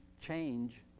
change